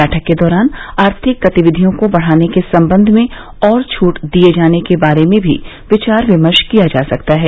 बैठक के दौरान आर्थिक गतिविधियों को बढाने के संबंध में और छूट दिए जाने के बारे में भी विचार विमर्श किया जा सकता है